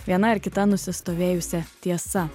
viena ar kita nusistovėjusia tiesa